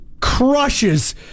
crushes